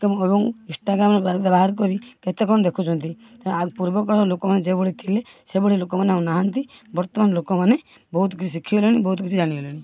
ଏବଂ ଇନଷ୍ଟାଗ୍ରାମ୍ ବାହାର କରି କେତେ କ'ଣ ଦେଖୁଛନ୍ତି ପୂର୍ବକାଳରେ ଲୋକମାନେ ଯେଉଁଭଳି ଥିଲେ ସେଭଳି ଲୋକମାନେ ଆଉ ନାହାଁନ୍ତି ବର୍ତ୍ତମାନ ଲୋକମାନେ ବହୁତ କିଛି ଶିଖିଗଲେଣି ବହୁତ କିଛି ଜାଣିଗଲେଣି